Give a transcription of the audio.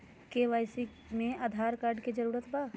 KYC में Aadhaar card के जरूरत बा?